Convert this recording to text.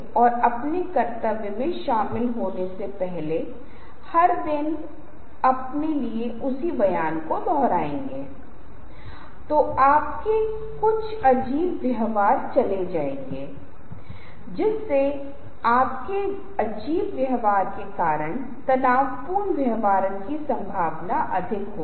या शायद अपनी प्रस्तुति में सिर्फ एक बार उपयोग करें और फिर कभी नहीं क्योंकि एनिमेशन जैसा कि मैंने आपको बताया था ध्वनि की तुलना में बहुत अधिक विचलित करने वाला हो सकता है